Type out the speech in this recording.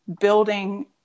building